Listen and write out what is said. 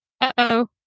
Uh-oh